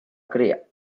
cría